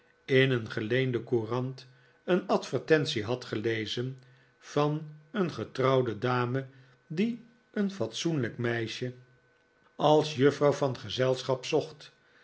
in een geleende courant een advertentie had gelezen van een getrouwde dame die een fatsoenlijk meisje als juffrouw van gezelschap zocht